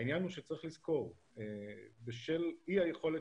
העניין הוא שצריך לזכור שבשל איש היכולת